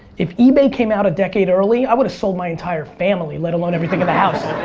if ebay came out a decade early, i would've sold my entire family, let alone everything in the house.